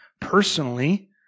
personally